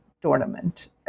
tournament